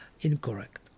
incorrect